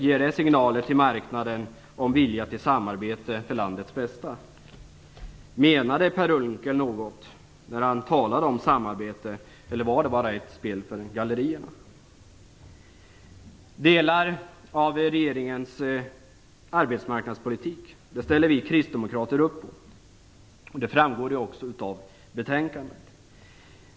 Ger det signaler till marknaden om vilja till samarbete för landets bästa? Menade Per Unckel något när han talade om samarbete, eller var det bara ett spel för gallerierna? Delar av regeringens arbetsmarknadspolitik ställer vi kristdemokrater upp på, och det framgår också av betänkandet.